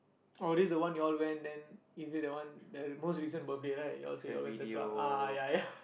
oh this is the one you all went then is it that one the most recent birthday right you all say you all went to the club ah ya ya